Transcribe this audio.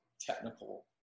technical